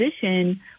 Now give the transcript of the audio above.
position